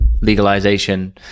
legalization